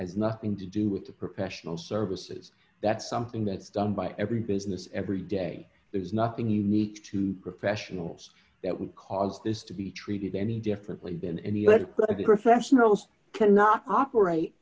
has nothing to do with the professional services that's something that's done by every business every day there is nothing unique to professionals that would cause this to be treated any differently been any better political professionals cannot operate